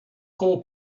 call